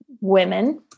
Women